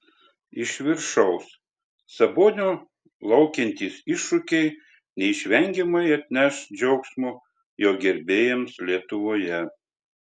iš viršaus sabonio laukiantys iššūkiai neišvengiamai atneš džiaugsmo jo gerbėjams lietuvoje